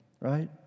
right